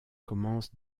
commence